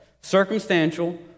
Circumstantial